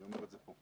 אני אומר את זה פה.